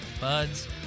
Buds